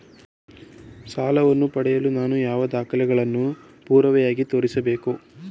ಸಾಲವನ್ನು ಪಡೆಯಲು ನಾನು ಯಾವ ದಾಖಲೆಗಳನ್ನು ಪುರಾವೆಯಾಗಿ ತೋರಿಸಬೇಕು?